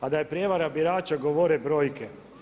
A da je prijevara birača govore brojke.